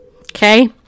Okay